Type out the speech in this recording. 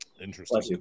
Interesting